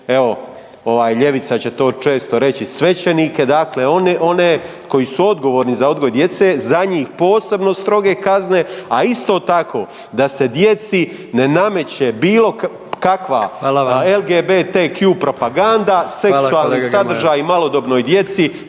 evo, ovaj, ljevica će to često reći, svećenike, dakle one koji su odgovorni za odgoj djece, za njih posebno stroge kazne, a isto tako, da se djeci ne nameće bilo kakva .../Upadica: Hvala vam./...